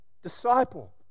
Disciple